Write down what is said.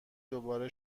دوباره